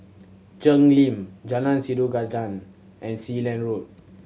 Cheng Lim Jalan Sikudangan and Sealand Road